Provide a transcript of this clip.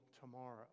tomorrow